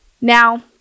Now